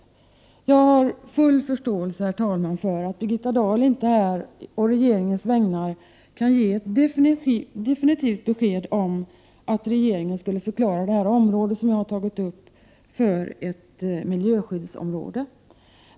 Jag har full förståelse för att Birgitta Dahl här å regeringens vägnar inte kan ge ett definitivt besked om att regeringen skulle förklara det område som jag har tagit upp, som ett miljöskyddsområde.